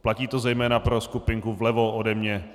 Platí to zejména pro skupinku vlevo ode mě.